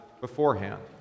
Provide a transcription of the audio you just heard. beforehand